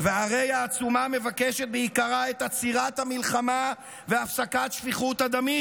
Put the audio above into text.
והרי העצומה מבקשת בעיקרה את עצירת המלחמה והפסקת שפיכות הדמים.